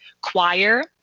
choir